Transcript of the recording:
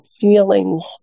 feelings